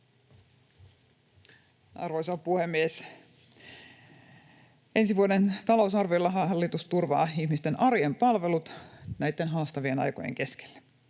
Arvoisa puhemies! Ensi vuoden talousarviolla hallitus turvaa ihmisten arjen palvelut näitten haastavien aikojen keskellä.